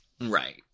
Right